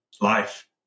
life